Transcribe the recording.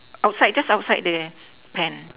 outside just outside the pen